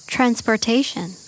Transportation